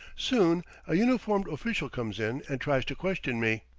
soon a uniformed official comes in and tries to question me.